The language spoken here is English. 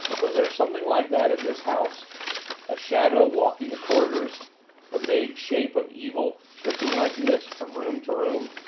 was there something like that in this house a shadow walking the corridors a vague shape of evil, drifting like mist from room to room,